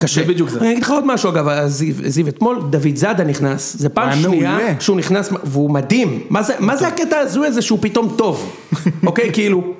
קשה בדיוק זה. אני אגיד לך עוד משהו אגב, זיו אתמול, דוד זאדה נכנס, זו פעם שנייה שהוא נכנס והוא היה מעולה. והוא מדהים. מה זה הקטע ההזוי הזה שהוא פתאום טוב, אוקיי? כאילו...